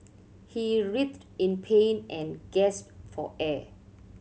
he writhed in pain and gasped for air